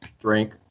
drink